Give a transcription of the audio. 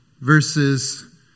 verses